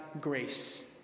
grace